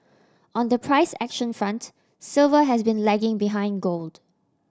on the price action front silver has been lagging behind gold